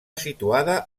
situada